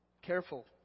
careful